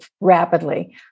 rapidly